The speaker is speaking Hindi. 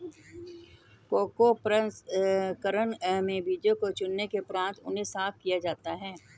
कोको प्रसंस्करण में बीजों को चुनने के उपरांत उन्हें साफ किया जाता है